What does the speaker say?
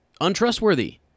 untrustworthy